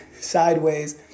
sideways